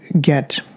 get